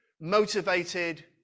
motivated